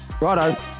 Righto